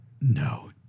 No